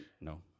No